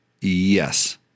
yes